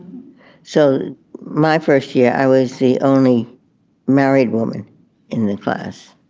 so my first year, i was the only married woman in the class